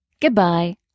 Goodbye